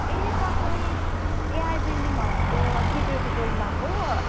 ए तपाईँ AI building हाउसको security बोल्नु भएको